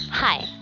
Hi